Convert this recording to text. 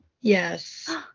Yes